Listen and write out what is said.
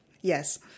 Yes